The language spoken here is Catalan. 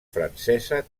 francesa